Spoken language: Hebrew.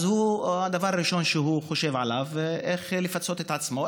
אז הדבר הראשון שהוא חושב עליו זה איך לפצות את עצמו,